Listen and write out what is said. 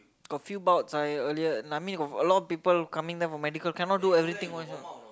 got few bouts I earlier no I mean got a lot of people coming there for medical cannot do everything one